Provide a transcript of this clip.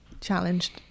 challenged